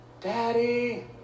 Daddy